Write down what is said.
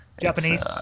Japanese